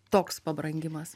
toks pabrangimas